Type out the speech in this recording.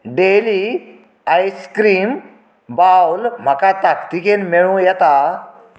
daily ice cream बावल म्हाका ताकतिकेन मेळूं येता